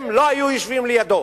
הם לא היו יושבים לידו.